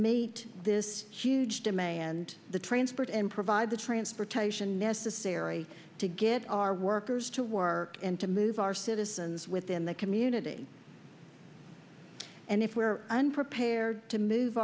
meet this huge demand the transport and provide the transportation necessary to get our workers to work and to move our citizens within the community and if we are unprepared to move